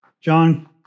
John